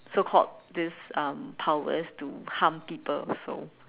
so called this um powers to harm people so